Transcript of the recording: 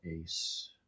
Ace